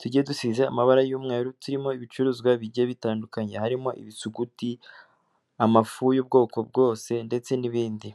tugiye dusize amabara y'umweru turimo ibicuruzwa bigiye bitandukanye, harimo ibisuguti, amafu y'ubwoko bwose ndetse n'ibindi.